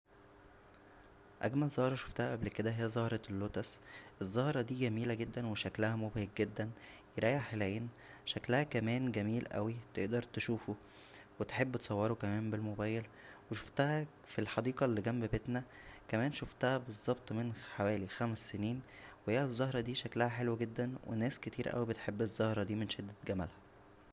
اجمل زهره شوفتها قبل كا هى زهرة اللوتس الزهرة دى جميله جدا وشكلها مبهج جدا يريح العين شكلها كان جميل اوى تقدر تشوفه وتحب تصوره كمان بالموبايل و شوفتها فى الحديقه اللى جنب بيتنا كمان شوفتها بظبط من حوالى خمس سنين و هى الزهره دى شكلها حلو جدا و ناس كتيراوى بتحب الزهره دى من شدة جمالها